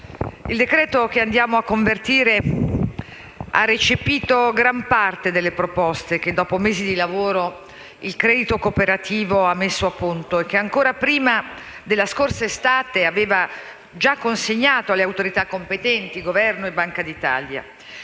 ci apprestiamo a convertire ha recepito gran parte delle proposte che, dopo mesi di lavoro, il credito cooperativo ha messo a punto e che, ancora prima della scorsa estate, aveva consegnato alle autorità competenti - Governo e Banca d'Italia